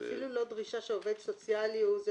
אפילו לא דרישה שעובד סוציאלי הוא זה